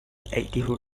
eighty